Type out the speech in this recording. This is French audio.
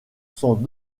sont